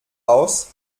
aus